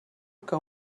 que